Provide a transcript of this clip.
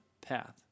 path